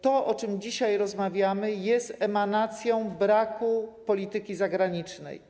To, o czym dzisiaj rozmawiamy, jest emanacją braku polityki zagranicznej.